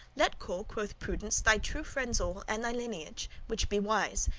let call, quoth prudence, thy true friends all, and thy lineage, which be wise,